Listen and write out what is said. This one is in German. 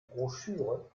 broschüre